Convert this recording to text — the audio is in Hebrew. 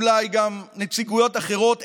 אולי גם נציגויות אחרות,